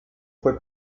fue